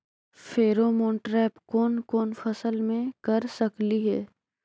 Pheromone trap कोन कोन फसल मे कर सकली हे?